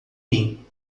mim